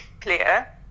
clear